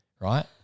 right